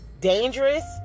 dangerous